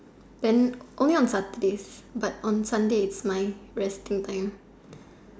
then only on Saturdays but on Sunday it's my resting time